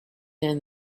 and